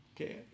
Okay